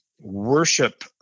worship